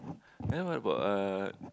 then what about uh